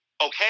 okay